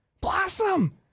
Blossom